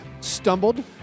stumbled